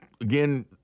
again